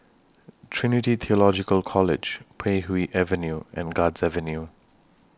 Trinity Theological College Puay Hee Avenue and Guards Avenue